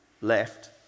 left